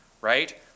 Right